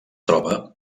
troba